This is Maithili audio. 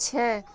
छै